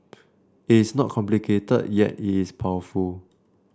it is not complicated yet it is powerful